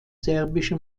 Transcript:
serbische